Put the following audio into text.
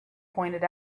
pointed